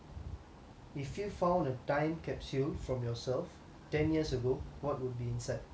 if you found a time capsule from yourself ten years ago what would be inside